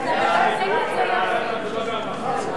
סעיפים 1 3 נתקבלו.